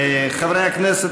חברי הכנסת,